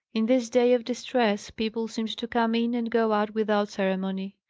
in this day of distress, people seemed to come in and go out without ceremony.